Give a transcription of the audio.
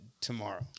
tomorrow